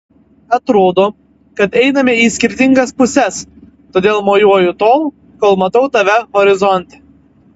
atrodo kad einame į skirtingas puses todėl mojuoju tol kol matau tave horizonte